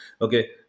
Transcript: Okay